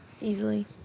Easily